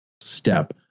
step